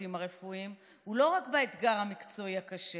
הצוותים הרפואיים הוא לא רק באתגר המקצועי הקשה,